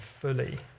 fully